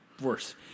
Worse